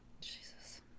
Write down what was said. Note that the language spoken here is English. Jesus